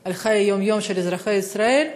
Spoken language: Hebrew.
על חיי היום-יום של אזרחי ישראל.